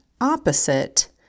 opposite